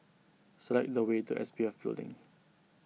select the way to S P F Building